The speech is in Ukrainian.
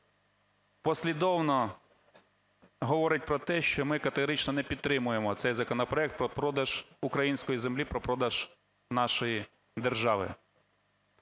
послідовно говорить про те, що ми категорично не підтримуємо цей законопроект про продаж української землі, про продаж нашої держави.